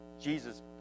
Jesus